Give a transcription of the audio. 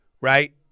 right